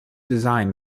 design